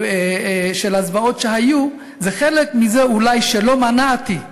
של הזוועות שהיו, זה חלק מזה, אולי, שלא מנעתי.